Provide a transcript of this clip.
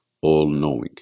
all-knowing